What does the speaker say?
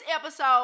episode